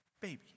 baby